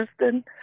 Justin